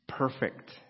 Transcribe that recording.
perfect